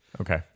Okay